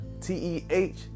T-E-H